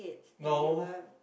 no